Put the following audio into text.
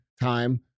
time